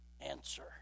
answer